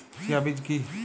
Chia বীজ কী?